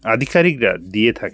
আধিকারিকরা দিয়ে থাকে